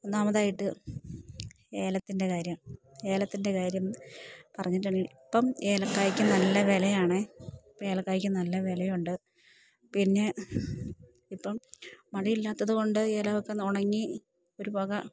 ഒന്നാമതായിട്ട് ഏലത്തിൻ്റെ കാര്യം ഏലത്തിൻ്റെ കാര്യം പറഞ്ഞിട്ടുണ്ടങ്കിൽ ഇപ്പം ഏലക്കായ്ക്ക് നല്ല വിലയാണെ ഇപ്പം ഏലക്കായ്ക്ക് നല്ല വിലയുണ്ട് പിന്നെ ഇപ്പം മഴയില്ലാത്തത് കൊണ്ട് ഏലമൊക്കെ ഉണങ്ങി ഒരു വക